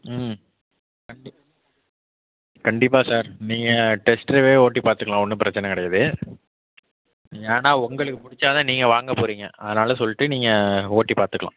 ம் கண்டிப்பாக சார் நீங்கள் டெஸ்ட் ட்ரைவே ஓட்டி பார்த்துக்கலாம் ஒன்றும் பிரச்சனை கிடையாது ஆனால் உங்களுக்கு பிடிச்சா தான் நீங்கள் வாங்க போகறிங்க அதனால் சொல்லிட்டு நீங்கள் ஓட்டி பார்த்துக்கலாம்